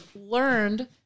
learned